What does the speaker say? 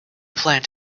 plant